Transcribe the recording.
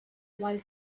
while